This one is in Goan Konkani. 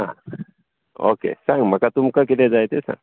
आं ओके सांग म्हाका तुमकां कितें जाय तें सांग